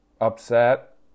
upset